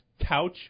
couch